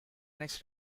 next